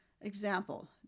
Example